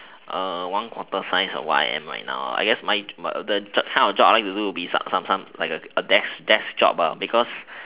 one quarter size of what I am right now I guess my the the kind of job I want to do is like a desk desk job because